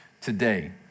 today